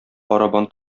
барабан